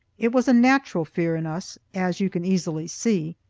it was a natural fear in us, as you can easily see.